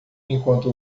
enquanto